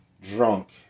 drunk